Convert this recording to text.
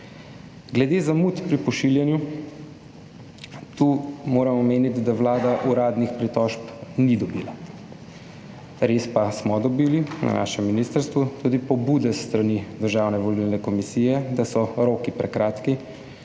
Glede zamud pri pošiljanju. Tukaj moram omeniti, da Vlada uradnih pritožb ni dobila. Res pa smo dobili na našem ministrstvu tudi pobude s strani Državne volilne komisije, da so roki prekratki